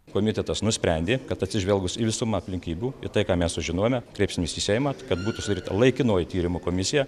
komitetas nusprendė kad atsižvelgus į visumą aplinkybių į tai ką mes sužinojome kreipsimės į seimą kad būtų sudaryta laikinoji tyrimo komisija